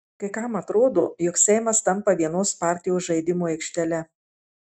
kai kam atrodo jog seimas tampa vienos partijos žaidimų aikštele